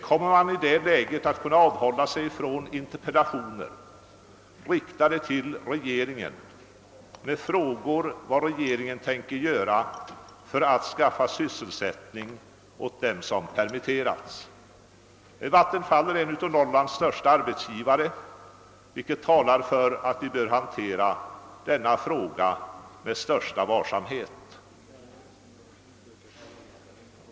Kommer man i detta läge att kunna avhålla sig från att rikta interpellationer till regeringen med frågor om vad denna avser att göra för att skaffa sysselsättning åt dem som permitterats? Vattenfall är en av Norrlands största arbetsgivare, vilket talar för att vi bör hantera denna fråga med största varsamhet.